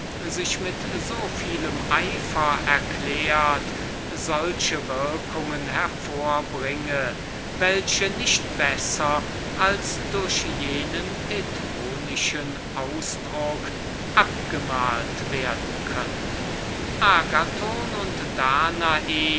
sich mit so vielem eifer erklärt solche würkungen hervorbringe welche nicht besser als durch jenen petronischen ausdruck abgemalt werden können agathon und danae